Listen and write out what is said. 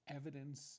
evidence